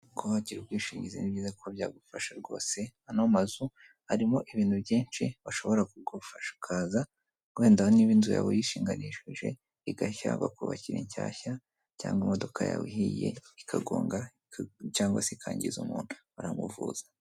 Kuba wagira ubwishingizi ni byiza kuko byagufasha rwose, ano mazu harimo ibintu byinshi bashobora kugufasha, ukaza wenda niba inzu yawe yishinganishije igashya, bakubakira inshyashya cyangwa imodoka yawe ihiye ikagonga cyangwa se ikangiza umuntu baramuvuza.